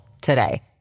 today